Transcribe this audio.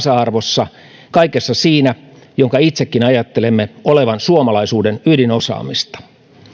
tasa arvossa kaikessa siinä minkä itsekin ajattelemme olevan suomalaisuuden ydinosaamista